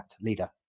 Leader